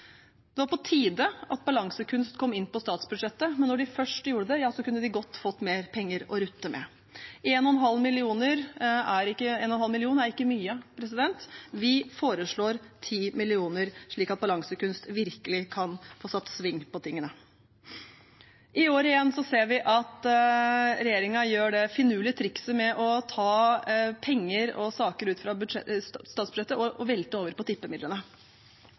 Det var på tide at Balansekunst kom inn på statsbudsjettet, men når de først gjorde det, kunne de godt ha fått mer penger å rutte med. 1,5 mill. kr er ikke mye. Vi foreslår 10 mill. kr, slik at Balansekunst virkelig kan få sving på tingene. I år igjen ser vi at regjeringen gjør det finurlige trikset å ta penger og saker ut fra statsbudsjettet og velte dem over på tippemidlene.